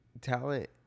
talent